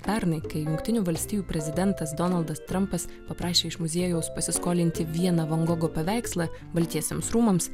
pernai kai jungtinių valstijų prezidentas donaldas trampas paprašė iš muziejaus pasiskolinti vieną van gogo paveikslą baltiesiems rūmams